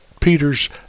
Peter's